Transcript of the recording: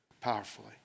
powerfully